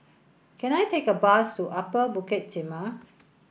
can I take a bus to Upper Bukit Timah